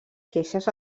queixes